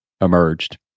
emerged